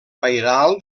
pairal